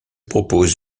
propose